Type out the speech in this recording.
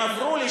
אתה אומר עכשיו